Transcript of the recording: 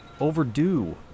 Overdue